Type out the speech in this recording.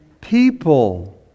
people